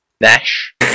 Nash